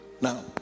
now